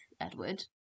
Edward